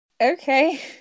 Okay